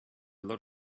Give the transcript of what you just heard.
lot